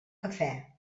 cafè